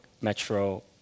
Metro